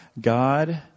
God